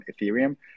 Ethereum